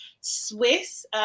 Swiss